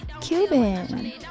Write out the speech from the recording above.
Cuban